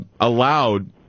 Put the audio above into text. allowed